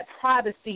privacy